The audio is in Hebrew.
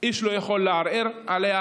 איש לא יכול לערער עליה.